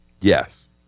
Yes